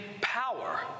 power